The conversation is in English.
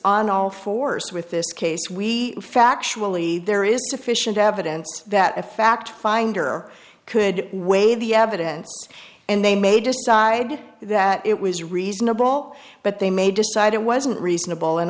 on all fours with this case we factually there is sufficient evidence that a fact finder could weigh the evidence and they may decide that it was reasonable but they may decide it wasn't reasonable and